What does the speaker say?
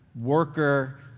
worker